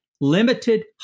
limited